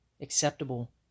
acceptable